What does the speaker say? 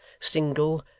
single,